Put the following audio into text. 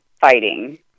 fighting